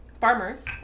farmers